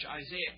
Isaiah